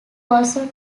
also